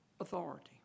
authority